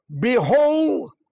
Behold